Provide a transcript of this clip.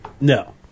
No